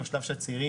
השלב של צעירים